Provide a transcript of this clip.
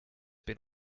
been